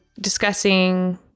discussing